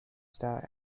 star